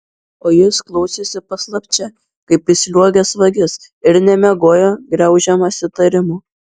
o jis klausėsi paslapčia kaip įsliuogęs vagis ir nemiegojo graužiamas įtarimų